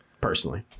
personally